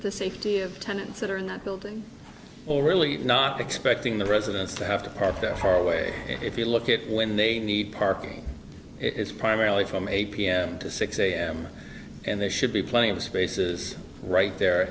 the safety of tenants that are not building or really not expecting the residents to have to park the hard way if you look at when they need parking it's primarily from eight pm to six am and they should be plenty of spaces right there